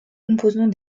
composants